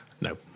No